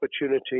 opportunity